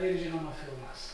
ir žinoma filmas